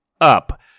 up